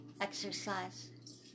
exercise